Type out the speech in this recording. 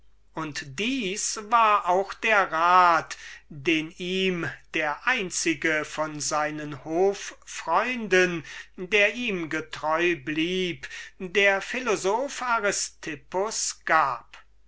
und dieses war auch der rat den ihm der einzige von seinen hoffreunden der ihm getreu blieb der philosoph aristippus gab